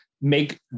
Make